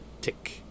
tick